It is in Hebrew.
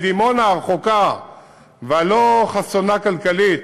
בדימונה הרחוקה והלא-חסונה כלכלית,